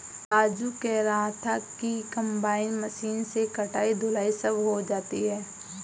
राजू कह रहा था कि कंबाइन मशीन से कटाई धुलाई सब हो जाती है